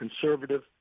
conservative